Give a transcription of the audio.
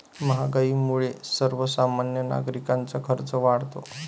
महागाईमुळे सर्वसामान्य नागरिकांचा खर्च वाढतो